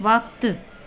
वक़्तु